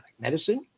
medicine